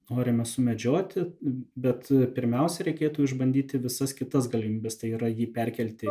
norime sumedžioti bet pirmiausia reikėtų išbandyti visas kitas galimybes tai yra jį perkelti